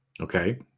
Okay